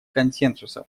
консенсусом